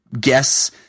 guess